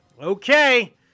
Okay